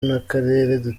n’akarere